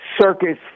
circus